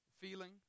feeling